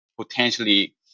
potentially